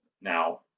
now